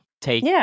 take